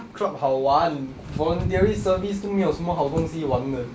club 好玩 voluntary service 都没有什么好东西玩的